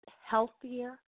healthier